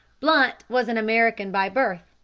blunt was an american by birth,